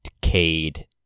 decayed